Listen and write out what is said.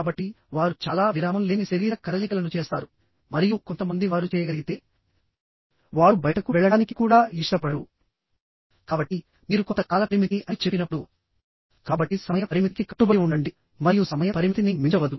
కాబట్టి వారు చాలా విరామం లేని శరీర కదలికలను చేస్తారు మరియు కొంతమంది వారు చేయగలిగితే వారు బయటకు వెళ్ళడానికి కూడా ఇష్టపడరు కాబట్టి మీరు కొంత కాలపరిమితి అని చెప్పినప్పుడు కాబట్టిసమయ పరిమితికి కట్టుబడి ఉండండి మరియు సమయ పరిమితిని మించవద్దు